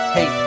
Hey